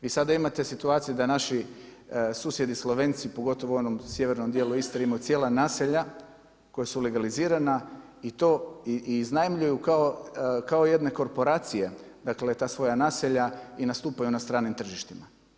Vi sada imate situaciju da naši susjedi Slovenci, pogotovo u onom sjevernom dijelu Istre ima cijela naselja koja su legalizirana i to iznajmljuju kao jedne korporacije, dakle ta svoj naselja i nastupaju na stranim tržištima.